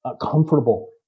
comfortable